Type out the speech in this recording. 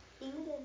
England